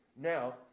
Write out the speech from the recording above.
Now